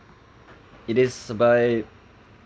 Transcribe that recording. it is by